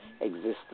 existence